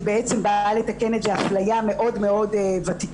בעצם באה לתקן איזה אפליה מאוד ותיקה,